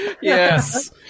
yes